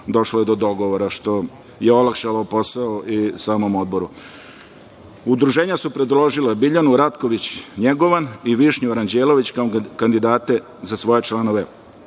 došlo je do dogovora što je olakšalo posao i samom Odboru. Udruženja su predložila Biljanu Ratković Njegovan i Višnju Aranđelović kao kandidate za svoje članove